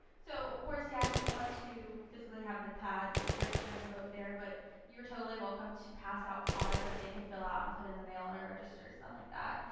so of course, yeah, if you want to physically have the pad and register them to vote there. but you're totally welcome to pass out cards that they can fill out and put in the mail, and it registers them like that.